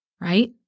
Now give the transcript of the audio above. right